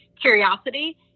curiosity